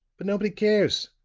but nobody cares!